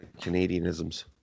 Canadianisms